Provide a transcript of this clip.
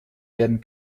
werden